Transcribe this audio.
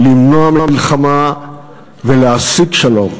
למנוע מלחמה ולהשיג שלום,